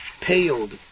paled